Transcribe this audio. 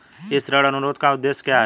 इस ऋण अनुरोध का उद्देश्य क्या है?